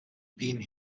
been